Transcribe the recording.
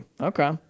Okay